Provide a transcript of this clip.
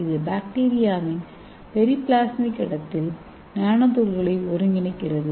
இது பாக்டீரியாவின் பெரிபிளாஸ்மிக் இடத்தில் நானோதுகள்களை ஒருங்கிணைக்கிறது